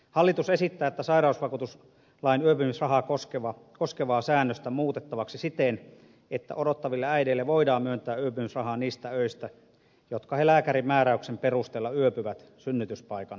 hallitus esittää sairausvakuutuslain yöpymisrahaa koskevaa säännöstä muutettavaksi siten että odottaville äideille voidaan myöntää yöpymisrahaa niistä öistä jotka he lääkärin määräyksen perusteella yöpyvät synnytyspaikan lähettyvillä